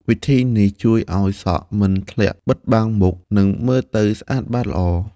វិធីនេះជួយឲ្យសក់មិនធ្លាក់បិទបាំងមុខ និងមើលទៅស្អាតបាតល្អ។